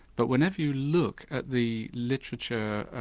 but whenever you look at the literature,